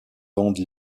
vendent